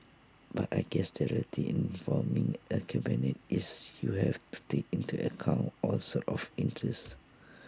but I guess the reality in forming A cabinet is you have to take into account all sorts of interests